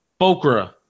Bokra